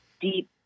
deep